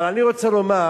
אבל אני רוצה לומר: